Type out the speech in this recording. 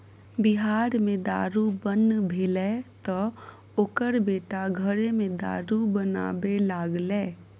बिहार मे दारू बन्न भेलै तँ ओकर बेटा घरेमे दारू बनाबै लागलै